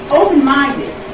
open-minded